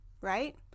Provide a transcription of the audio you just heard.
right